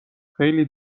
خیلی